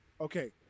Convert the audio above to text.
Okay